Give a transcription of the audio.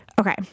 Okay